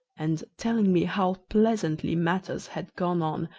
and, telling me how pleasantly matters had gone on,